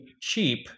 cheap